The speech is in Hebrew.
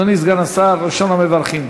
אדוני סגן השר, ראשון המברכים.